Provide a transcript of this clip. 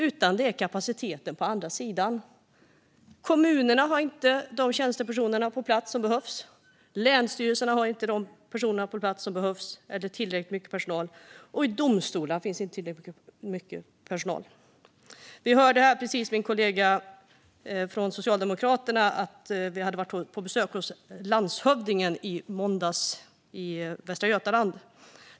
I stället är det kapaciteten på andra sidan - att kommunerna inte har de tjänstepersoner på plats som behövs. Länsstyrelserna har inte de personer på plats som behövs, det vill säga inte tillräckligt mycket personal. Inte heller i domstolarna finns det tillräckligt mycket personal. Vi hörde precis min kollega från Socialdemokraterna berätta att vi var på besök hos landshövdingen i Västra Götalands län i måndags.